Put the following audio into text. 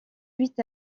huit